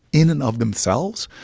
in and of themselves,